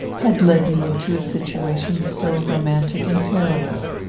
had led me into a situation so romantic and perilous.